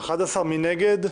11 בעד, אין מתנגדים.